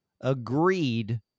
agreed